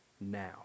now